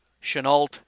Chenault